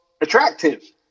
attractive